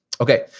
Okay